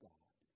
God